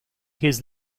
his